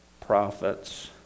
prophets